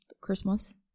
Christmas